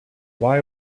why